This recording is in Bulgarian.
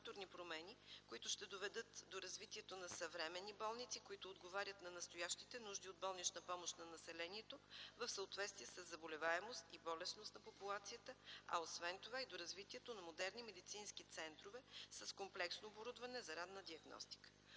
които ще доведат до развитието на съвременни болници, които отговарят на настоящите нужди от болнична помощ на населението в съответствие със заболеваемост и болестност на популацията, а освен това и до развитието на модерни медицински центрове с комплексно оборудване за ранна диагностика.